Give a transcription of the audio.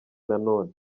nanone